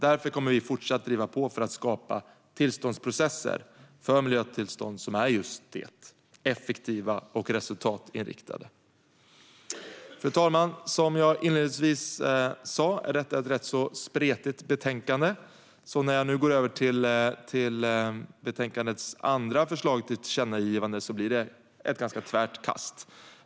Därför kommer vi fortsatt att driva på för att skapa tillståndsprocesser för miljötillstånd som är just det, effektiva och resultatinriktade. Fru talman! Som jag inledningsvis sa är detta ett rätt spretigt betänkande. När jag nu går över till betänkandets andra förslag till tillkännagivande blir det ett ganska tvärt kast.